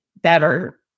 better